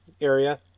area